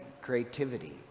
creativity